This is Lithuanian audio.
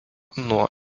nuo